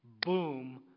boom